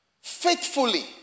faithfully